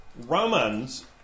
Romans